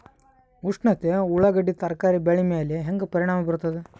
ಉಷ್ಣತೆ ಉಳ್ಳಾಗಡ್ಡಿ ತರಕಾರಿ ಬೆಳೆ ಮೇಲೆ ಹೇಂಗ ಪರಿಣಾಮ ಬೀರತದ?